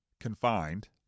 confined